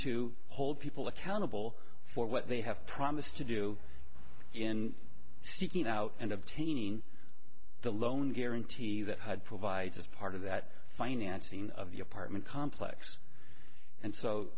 people accountable for what they have promised to do in seeking out and obtaining the loan guarantee that had provided as part of that financing of the apartment complex and so